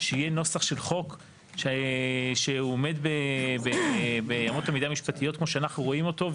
שיהיה נוסח של חוק שהוא עומד באמות מידה משפטיות כמו שאנחנו רואים אותו,